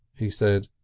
he said,